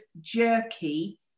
jerky